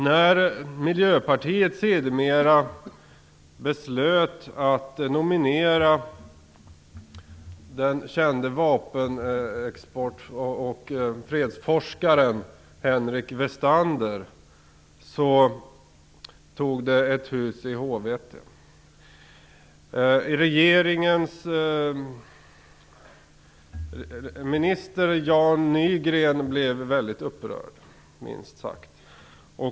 När Miljöpartiet sedermera beslöt att nominera den kände vapenexports och fredsforskaren Henrik Westander tog det hus i h-vete. Minister Jan Nygren blev minst sagt väldigt upprörd.